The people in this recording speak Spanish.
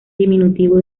diminutivo